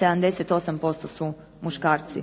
78% su muškarci.